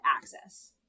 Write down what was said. access